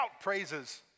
praises